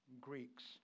Greeks